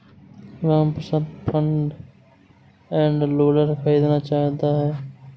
Ramprasad front end loader खरीदना चाहता है